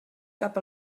cap